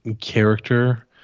character